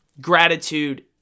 gratitude